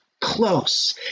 close